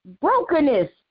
brokenness